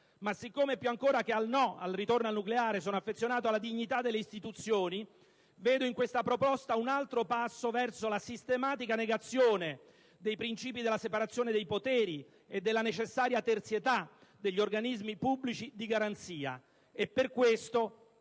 Ma siccome più ancora che al no al ritorno al nucleare, sono affezionato alla dignità delle istituzioni, vedo in questa proposta un altro passo verso la sistematica negazione dei principi della separazione dei poteri e della necessaria terzietà degli organismi pubblici di garanzia. Per questo